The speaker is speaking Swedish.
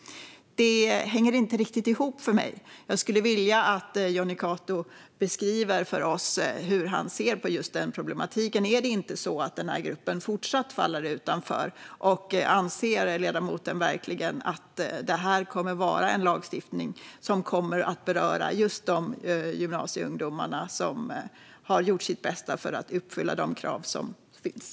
Det hänger inte riktigt ihop för mig. Jag skulle vilja att Jonny Cato beskriver för oss hur han ser på just den problematiken. Är det inte så att den här gruppen även i fortsättningen faller utanför? Anser ledamoten verkligen att det här kommer att vara en lagstiftning som kommer att beröra just de gymnasieungdomar som har gjort sitt bästa för att uppfylla de krav som finns?